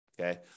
okay